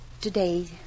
today